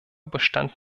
bestand